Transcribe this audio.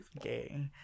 gay